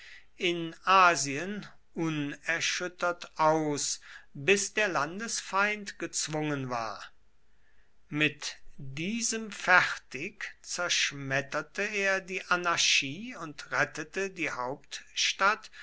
in asien unerschüttert aus bis der landesfeind gezwungen war mit diesem fertig zerschmetterte er die anarchie und rettete die hauptstadt